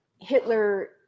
Hitler